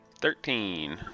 Thirteen